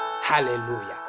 Hallelujah